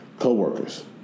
Co-workers